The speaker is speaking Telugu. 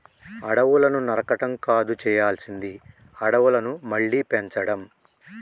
అడవులను నరకడం కాదు చేయాల్సింది అడవులను మళ్ళీ పెంచడం